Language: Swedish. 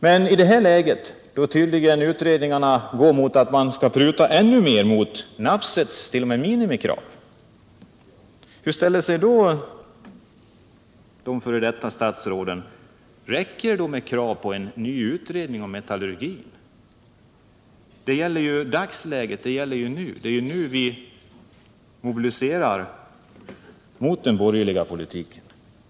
Men i det här läget, när utredningarna tydligen går ut på att man t.o.m. skall pruta ännu längre än Nabseths minimikrav, hur ställer sig då de f. d. statsråden? Räcker det då med krav på en ny utredning om metallurgin? Det gäller dagsläget! Det är nu vi mobiliserar våra krafter mot den borgerliga politiken.